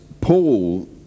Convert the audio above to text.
Paul